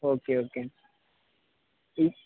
okay okay